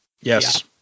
Yes